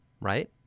right